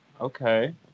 Okay